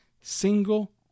single